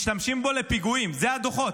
משתמשים בו לפיגועים, אלו הדוחות.